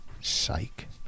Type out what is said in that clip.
Psych